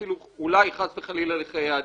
אפילו חס וחלילה אולי לחיי אדם,